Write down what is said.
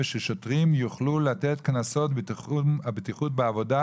ששוטרים יוכלו לתת קנסות בטיחות בעבודה